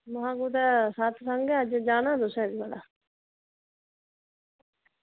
आं अज्ज सत्संग ऐ तुसें जाना भला